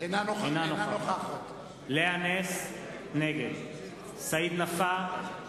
אינה נוכחת לאה נס, נגד סעיד נפאע,